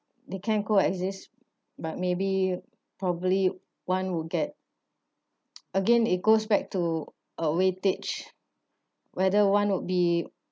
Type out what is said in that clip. they can coexist but maybe probably one would get again it goes back to a weightage whether one would be